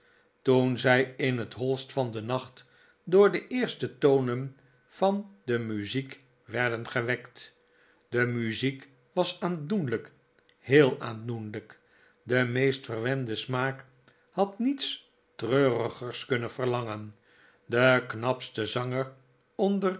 toen zij in het hoist van den nacht door de eerste tonen van de muziek werden gewekt de muziek was aandoenlijk heel aandoenlijk de meest verwende smaak had niets treurigers kunnen verlangen de knapste zanger